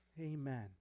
amen